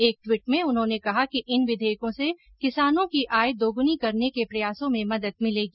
एक ट्वीट में उन्होंने कहा कि इन विधेयकों से किसानों की आय दोगुनी करने के प्रयासों में मदद मिलेगी